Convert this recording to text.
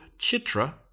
Chitra